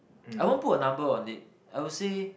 I won't put a number on it I would say